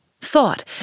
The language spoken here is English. Thought